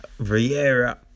Vieira